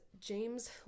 James